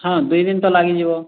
ହଁ ଦୁଇ ଦିନ ତ ଲାଗିଯିବ